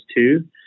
two